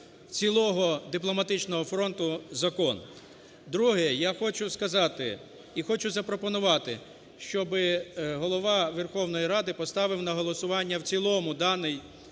цілого дипломатичного фронту закон. Друге. Я хочу сказати, я хочу запропонувати, щоб Голова Верховної Ради поставив на голосування в цілому даний